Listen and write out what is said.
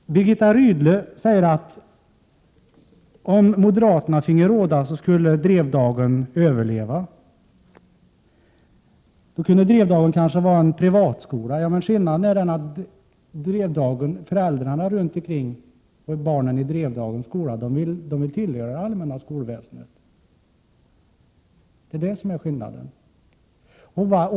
Birgitta Rydle säger att om moderaterna finge råda så skulle Drevdagens skola överleva och kanske vara en privatskola. Men föräldrarna i området kring Drevdagen och barnen i Drevdagens skola vill tillhöra det allmänna skolväsendet. Det är detta som är skillnaden.